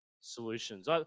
solutions